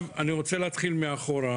אנחנו רוצה להתחיל בעבר,